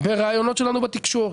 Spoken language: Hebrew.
בראיונות שלנו בתקשורת.